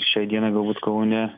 šiai dieną galbūt kaune